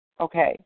okay